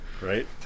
Right